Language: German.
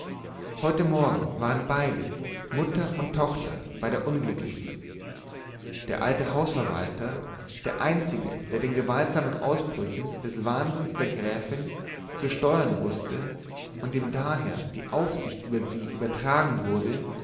heute morgen waren beide mutter und tochter bei der unglücklichen der alte hausverwalter der einzige der den gewaltsamen ausbrüchen des wahnsinns der gräfin zu steuern wußte und dem daher die aufsicht über sie übertragen wurde